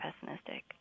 pessimistic